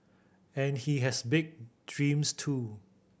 and he has big dreams too